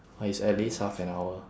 but it's at least half an hour